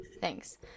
thanks